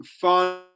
fun